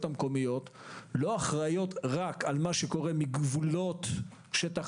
המקומיות לא אחראיות רק על מה שקורה מגבולות שטח